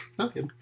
Okay